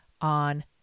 on